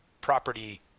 property